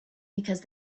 because